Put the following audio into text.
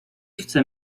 chce